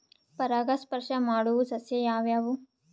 ಪರಾಗಸ್ಪರ್ಶ ಮಾಡಾವು ಸಸ್ಯ ಯಾವ್ಯಾವು?